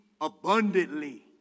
abundantly